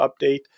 update